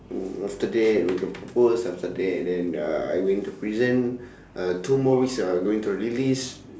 mm after that we got pr~ propose after that then uh I go into prison uh two more weeks I going to release